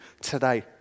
today